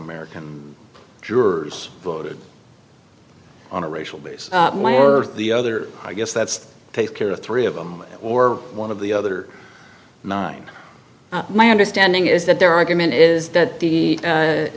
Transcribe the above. american jurors voted on a racial bias or the other i guess that's take care of three of them or one of the other nine my understanding is that their argument is that the